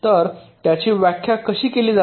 तर त्यांची व्याख्या कशी केली जाते